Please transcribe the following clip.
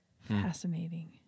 Fascinating